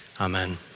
Amen